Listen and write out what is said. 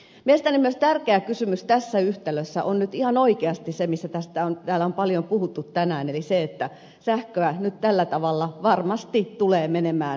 mielestäni myös tärkeä kysymys tässä yhtälössä on nyt ihan oikeasti se mistä täällä on paljon puhuttu tänään eli se että sähköä nyt tällä tavalla varmasti tulee menemään vientiin